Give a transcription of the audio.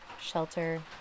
shelter